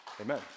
Amen